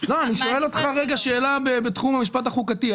אני שואל אותך שאלה בתחום המשפט החוקתי.